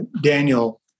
Daniel